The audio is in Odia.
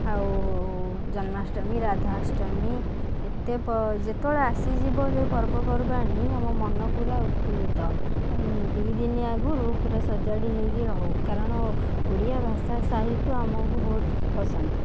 ଆଉ ଜନ୍ମାଷ୍ଟମୀ ରାଧାଷ୍ଟମୀ ଏତେ ପ ଯେତେବେଳେ ଆସିଯିବ ସବୁ ପର୍ବପର୍ବାଣୀ ଆମ ମନ ପୁରା ଉତ୍ଫୁଲିତ ଦୁଇ ଦିନି ଆଗରୁ ପୁରା ସଜାଡ଼ି ହେଇକି ରହୁ କାରଣ ଓଡ଼ିଆ ଭାଷା ସାହିତ୍ଯ ଆମକୁ ବହୁତ ପସନ୍ଦ